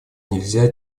нельзя